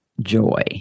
joy